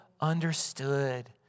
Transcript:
understood